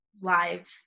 live